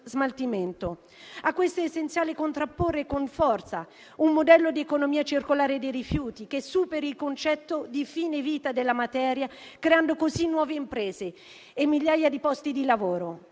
smaltimento. A questa è essenziale contrapporre con forza un modello di economia circolare dei rifiuti che superi il concetto di fine vita della materia, creando così nuove imprese e migliaia di posti di lavoro.